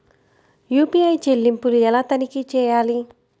UPI చెల్లింపులు ఎలా తనిఖీ చేయాలి?